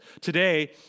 Today